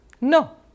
No